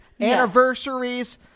anniversaries